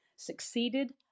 Succeeded